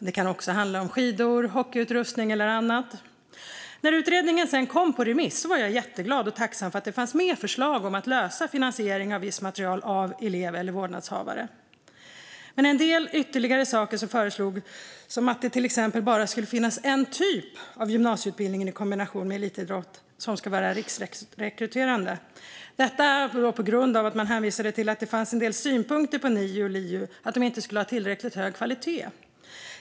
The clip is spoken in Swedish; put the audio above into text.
Det kan också handla om skidor, hockeyutrustning eller annat. När utredningen sedan kom på remiss var jag jätteglad och tacksam att det fanns med förslag om att lösa finansieringen av visst material av elev eller vårdnadshavare. Men en del ytterligare saker föreslogs, till exempel att det bara ska finnas en typ av gymnasieutbildning i kombination med elitidrott som ska vara riksrekryterande. Man hänvisade till att det fanns synpunkter på att en del NIU:er och LIU:er inte skulle ha tillräckligt hög kvalitet.